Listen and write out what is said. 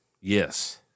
Yes